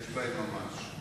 יש בהן ממש.